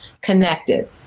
connected